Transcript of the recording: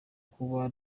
kuba